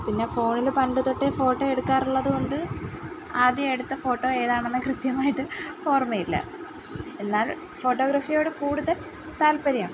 പിന്നെ ഫോണില് പണ്ട് തൊട്ടേ ഫോട്ടോ എടുക്കാറുള്ളതുകൊണ്ട് ആദ്യം എടുത്ത ഫോട്ടോ ഏതാണെന്ന് കൃത്യമായ്ട്ട് ഓർമ്മയില്ല എന്നാൽ ഫോട്ടോഗ്രഫിയോട് കൂടുതൽ താല്പര്യം